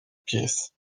pies